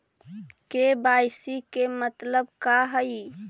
KYC के मतलब का हई?